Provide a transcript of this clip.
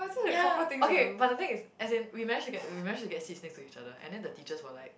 ya okay but the thing is as in we managed to get we managed to get seats next to each other and then the teachers was like